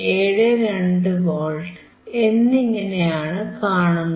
72 volt എന്നിങ്ങനെയാണ് കാണുന്നത്